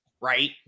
Right